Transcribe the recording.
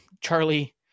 Charlie